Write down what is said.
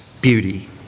beauty